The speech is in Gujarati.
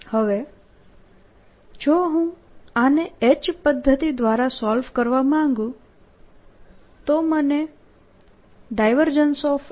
હવે જો હું આને H પદ્ધતિ દ્વારા સોલ્વ કરવા માંગું તો મને